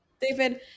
David